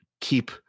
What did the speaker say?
keep